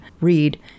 read